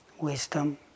wisdom